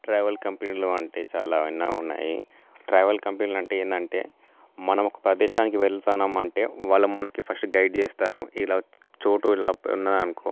travel కంపెనీలు అంటే చాలా విన్నా ఉన్నాయి ట్రావెల్ కంపెనీలు అంటే ఏంటంటే మనం ఒక ప్రదేశానికి వెళ్తున్నాం అంటే వాళ్ళు మనకి ఫస్ట్ గైడ్ చేస్తారు ఇలాచోటు ఇలా ప్ర ఉన్న